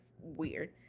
weird